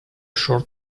short